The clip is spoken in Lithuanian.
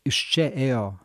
iš čia ėjo